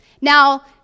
Now